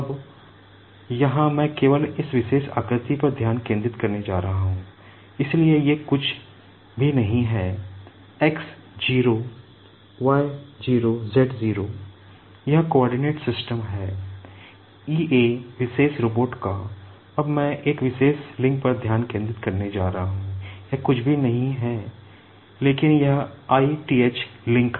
अब यहाँ मैं केवल इस विशेष आकृति पर ध्यान केंद्रित करने जा रहा हूं इसलिए ये कुछ भी नहीं हैं यह कुर्डिनये सिस्टम है ईए विशेस रोबोट का अब मै एक विशेष लिंक पर धियान केन्द्रित करने जा रहा हु यह कुछ भी नहीं हैं लेकिन यह i th लिंक